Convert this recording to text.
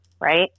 right